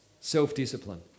self-discipline